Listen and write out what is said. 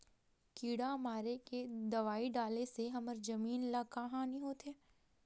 किड़ा मारे के दवाई डाले से हमर जमीन ल का हानि होथे?